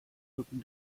rücken